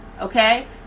okay